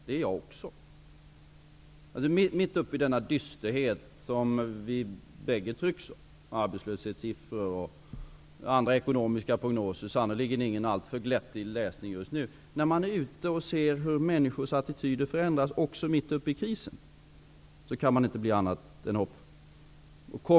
Det är jag också, mitt uppe i den dysterhet vi båda trycks av. Arbetslöshetssiffror och andra ekonomiska prognoser är sannerligen inte någon glättig läsning just nu. När man är ute och ser hur människors attityder förändras också mitt uppe i krisen kan man inte bli annat än hoppfull.